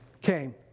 came